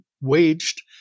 waged